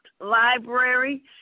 Library